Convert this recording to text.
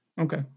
Okay